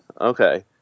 Okay